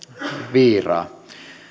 viiraa